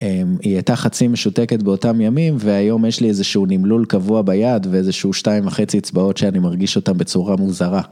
היא הייתה חצי משותקת באותם ימים והיום יש לי איזשהו נמלול קבוע ביד ואיזשהו שתיים וחצי אצבעות שאני מרגיש אותם בצורה מוזרה.